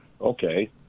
Okay